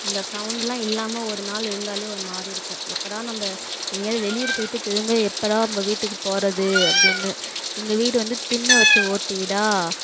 அந்த சவுண்ட்லாம் இல்லாமல் ஒரு நாள் இருந்தால் ஒருமாதிரி இருக்கும் எப்போடா நம்ம எங்கேயாவது வெளியூர் போயிட்டு திரும்ப எப்போடா நம்ம வீட்டுக்கு போகிறது அப்படின்னு எங்கள் வீடு வந்து திண்ண வச்ச ஓட்டு வீடாக